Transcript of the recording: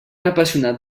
apassionat